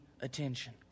attention